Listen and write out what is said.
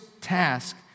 task